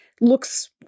looks